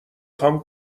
خوام